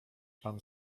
pan